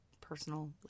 personal